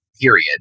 period